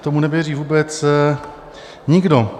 Tomu nevěří vůbec nikdo.